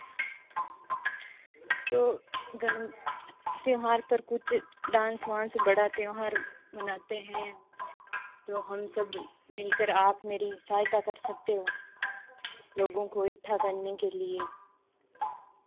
तो गण त्योहार पर कुछ डांस वांस बड़ा त्योहार मनाते हैं जो हम सब मिलकर आप मेरी सहायता कर सकते हो लोगों को इकट्ठा करने के लिए